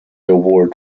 award